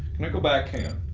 can i go back? hang on.